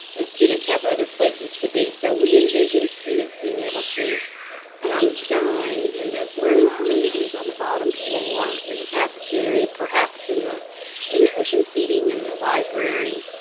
and students have other places to be, so, we envision students being able to um dine in those learning communities, on the bottom floor in the cafeteria perhaps in the in the open seating in the library